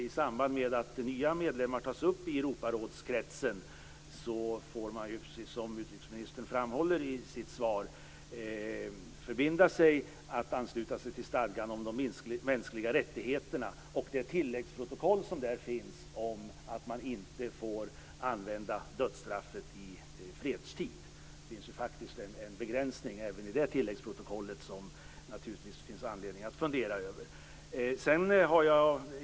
I samband med att nya medlemmar tas upp i Europarådskretsen får man, precis som utrikesministern framhåller i sitt svar, förbinda sig att ansluta sig till stadgan om de mänskliga rättigheterna och det tilläggsprotokoll som där finns om att dödsstraffet inte får användas i fredstid. Det finns faktiskt även en begränsning i tilläggsprotokollet som det naturligtvis finns anledning att fundera över.